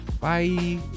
Bye